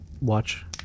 watch